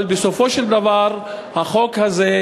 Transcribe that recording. אבל בסופו של דבר החוק הזה,